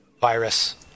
virus